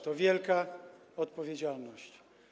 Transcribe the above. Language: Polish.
To wielka odpowiedzialność.